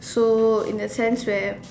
so in a sense that